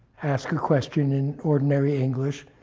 ask a question in ordinary english,